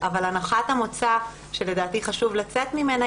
אבל הנחת המוצא שלדעתי חשוב לצאת ממנה,